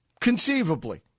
Conceivably